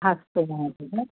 अस्तु महोदये